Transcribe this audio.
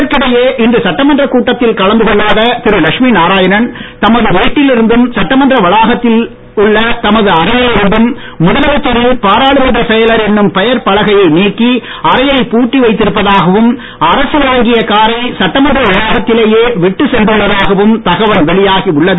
இதற்கிடையே இன்று சட்டமன்றக் கூட்டத்தில் கலந்து கொள்ளாத திரு லட்சுமி நாராயணன் தமது வீட்டில் இருந்தும் சட்டமன்ற வளாகத்தில் உள்ள தமது அறையில் இருந்தும் முதலமைச்சரின் பாராளுமன்ற செயலர் என்னும் பெயர் பலகையை நீக்கி அறையை பூட்டி வைத்திருப்பதாகவும் அரசு வழங்கிய காரை சட்டமன்ற வளாகத்திலேயே விட்டுச் சென்றுள்ளதாகவும் தகவல் வெளியாகி உள்ளது